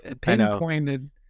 pinpointed